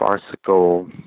farcical